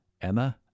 Emma